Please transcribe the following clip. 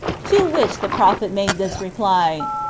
to which the prophet made this reply,